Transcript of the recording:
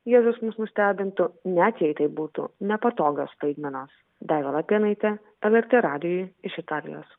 jėzus mus nustebintų net jei tai būtų nepatogios staigmenos daiva lapėnaitė lrt radijui iš italijos